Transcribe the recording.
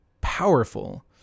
powerful